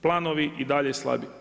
Planovi i dalje slabi.